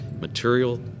material